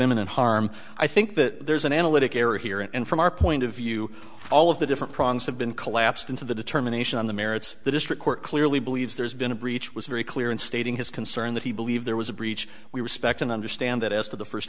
imminent harm i think that there's an analytic error here and from our point of view all of the different prongs have been collapsed into the determination on the merits the district court clearly believes there's been a breach was very clear in stating his concern that he believed there was a breach we respect and understand that as to the first